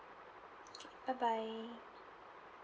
bye bye